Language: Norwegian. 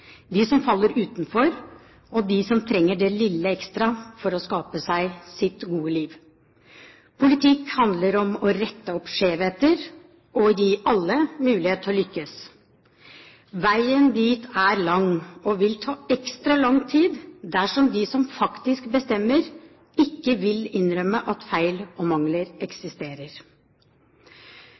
de vellykkede blant oss. Jeg er opptatt av dem som sliter, av dem som faller utenfor, og av dem som trenger det lille ekstra for å skape seg sitt gode liv. Politikk handler om å rette opp skjevheter og gi alle mulighet til å lykkes. Veien dit er lang og vil ta ekstra lang tid dersom de som faktisk bestemmer, ikke vil innrømme at feil